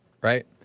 Right